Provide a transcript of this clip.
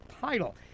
title